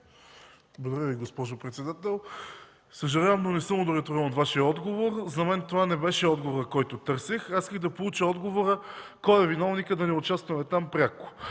Благодаря Ви, госпожо председател. Съжалявам, но не съм удовлетворен от Вашия отговор. За мен това не беше отговорът, който търсех. Исках да получа отговор кой е виновникът да не участваме там пряко.